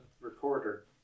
recorder